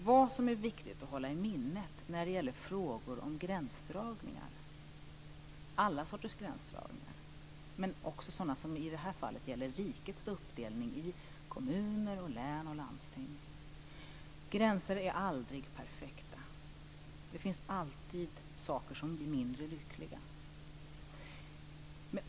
Vad som är viktigt att hålla i minnet när det gäller frågor om alla sorters gränsdragningar, också sådana, som i det här fallet, som gäller rikets uppdelning i kommuner, län och landsting är att gränser aldrig är perfekta; det finns alltid saker som blir mindre lyckliga.